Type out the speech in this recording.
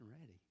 ready